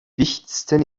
wichtigsten